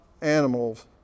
animals